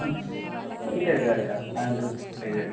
എടുക്കാം എടുക്കാം എടുക്കാം അത് നമുക്ക്